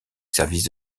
service